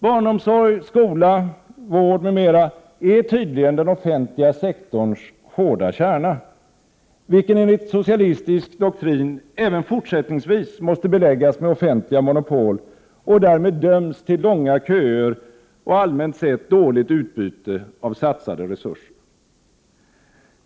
Barnomsorg, skola, vård m.m. är tydligen den offentliga sektorns hårda kärna, vilken enligt socialistisk doktrin även fortsättningsvis måste beläggas med offentliga monopol och därmed döms till långa köer och allmänt sett dåligt utbyte av 51 satsade resurser.